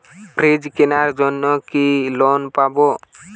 Fridge কেনার জন্য কি লোন পাব?